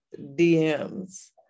DMs